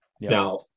Now